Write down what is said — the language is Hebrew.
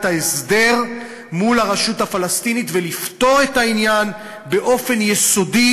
ההסדר מול הרשות הפלסטינית ולפתור את העניין באופן יסודי